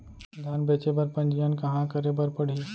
धान बेचे बर पंजीयन कहाँ करे बर पड़ही?